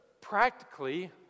practically